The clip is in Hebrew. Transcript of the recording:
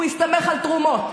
הוא הסתמך על תרומות.